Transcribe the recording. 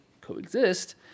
coexist